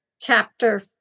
chapter